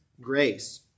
grace